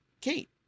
Kate